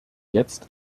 jetzt